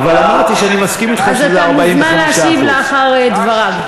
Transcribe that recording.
אבל אמרתי שאני מסכים אתך שזה 45% אתה מוזמן להשיב לאחר דבריו.